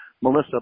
Melissa